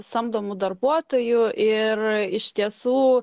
samdomų darbuotojų ir iš tiesų